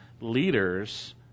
leaders